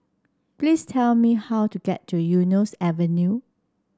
please tell me how to get to Eunos Avenue